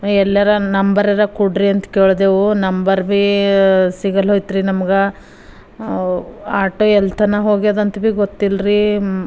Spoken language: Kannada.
ಎಲ್ಲಾರ ನಂಬರರ ಕೊಡ್ರಿ ಅಂತ್ಕೇಳ್ದೆವು ನಂಬರ್ ಬಿ ಸಿಗಲ್ಲೋಯ್ತ್ರಿ ನಮಗ ಆಟೋ ಎಲ್ಲಿ ತನ ಹೋಗ್ಯದಂತ್ಬಿ ಗೊತ್ತಿಲ್ರೀ